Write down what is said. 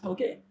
Okay